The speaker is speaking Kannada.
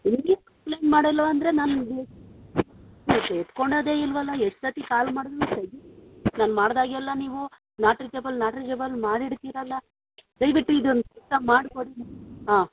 ಮಾಡಲ್ವ ಅಂದರೆ ನನಗೆ ಮತ್ತೆ ಎತ್ಕೊಳ್ಳೋದೆ ಇಲ್ವಲ್ಲ ಎಷ್ಟು ಸರ್ತಿ ಕಾಲ್ ಮಾಡಿದ್ರು ನೀವು ತೆಗಿ ನಾನು ಮಾಡಿದಾಗೆಲ್ಲ ನೀವು ನಾಟ್ ರಿಚೇಬಲ್ ನಾಟ್ ರಿಚೇಬಲ್ ಮಾಡಿಡ್ತೀರಲ್ಲ ದಯವಿಟ್ಟು ಇದೊಂದು ಕೆಲಸ ಮಾಡ್ಕೊಡಿ ಹಾಂ